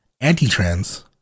anti-trans